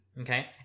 Okay